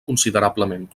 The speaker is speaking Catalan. considerablement